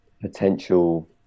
potential